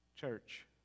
church